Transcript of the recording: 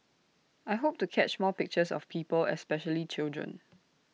I hope to catch more pictures of people especially children